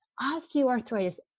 Osteoarthritis